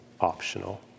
optional